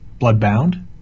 Bloodbound